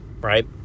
Right